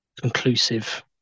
conclusive